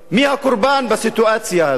מי הקורבן בסיטואציה הזאת?